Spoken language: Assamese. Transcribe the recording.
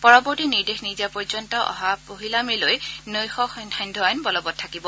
পৰৱৰ্তী নিৰ্দেশ নিদিয়াপৰ্যন্ত অহা পহিলা মেলৈ নৈশ সান্ধ্য আইন বলৱৎ থাকিব